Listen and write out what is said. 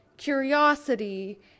curiosity